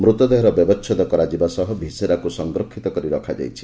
ମୃତଦେହର ବ୍ୟବଛେଦ କରାଯିବା ସହ ଭିସେରାକୁ ସଂରକ୍ଷିତ କରି ରଖାଯାଇଛି